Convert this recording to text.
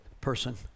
person